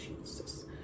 jesus